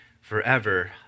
forever